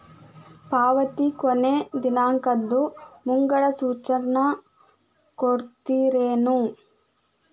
ಪಾವತಿ ಕೊನೆ ದಿನಾಂಕದ್ದು ಮುಂಗಡ ಸೂಚನಾ ಕೊಡ್ತೇರೇನು?